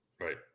Right